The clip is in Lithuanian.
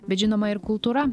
bet žinoma ir kultūra